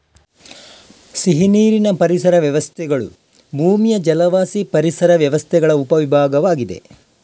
ಸಿಹಿನೀರಿನ ಪರಿಸರ ವ್ಯವಸ್ಥೆಗಳು ಭೂಮಿಯ ಜಲವಾಸಿ ಪರಿಸರ ವ್ಯವಸ್ಥೆಗಳ ಉಪ ವಿಭಾಗವಾಗಿದೆ